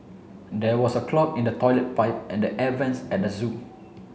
there was a clog in the toilet pipe and the air vents at the zoo